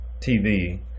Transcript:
TV